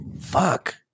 fuck